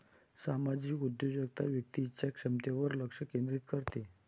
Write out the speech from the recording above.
सामाजिक उद्योजकता व्यक्तीच्या क्षमतेवर लक्ष केंद्रित करते